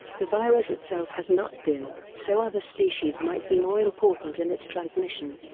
the virus itself has not been, so other species might be more important in its transmission.